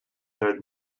heard